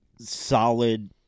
solid